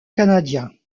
canadiens